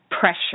pressure